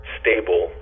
stable